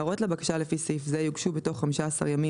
הערות לבקשה לפי סעיף זה יוגשו בתוך 15 ימים